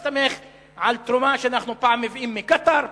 ולא להסתמך על תרומה שאנחנו פעם מביאים מקטאר,